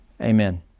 Amen